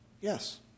Yes